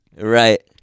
Right